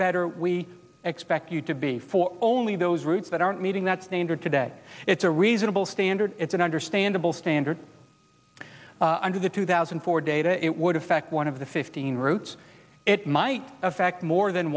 better we expect you to be for only those routes that aren't meeting that standard today it's a reasonable standard it's an understandable standard i under the two thousand and four data it would affect one of the fifteen routes it might affect more than